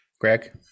Greg